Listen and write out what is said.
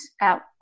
out